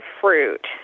fruit